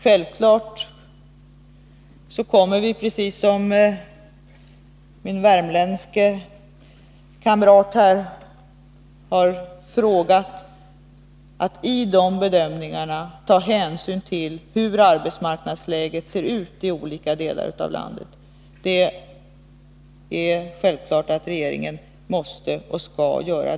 Självfallet kommer vi, precis som min värmländske kamrat här önskade, att i dessa bedömningar ta hänsyn till hur arbetsmarknadsläget ser ut i olika delar av landet.